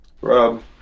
Rob